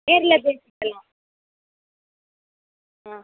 நேரில் போயிவிட்டு வரலாம் ஆ